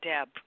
Deb